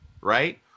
right